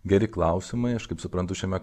geri klausimai aš kaip suprantu šiame